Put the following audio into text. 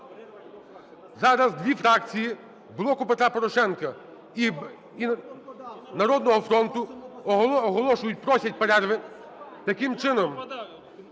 Зараз дві фракції – "Блоку Петра Порошенка" і "Народного фронту" – оголошують, просять перерви. Таким чином,